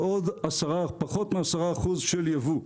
ועוד פחות מ-10% של ייבוא.